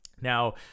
now